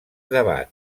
debat